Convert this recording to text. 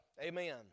Amen